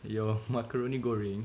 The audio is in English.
your macaroni goreng